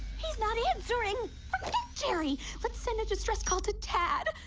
he's not answering jerry let's send a distress call to tad.